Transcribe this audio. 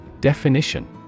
Definition